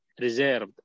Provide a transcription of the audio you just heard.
reserved